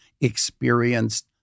experienced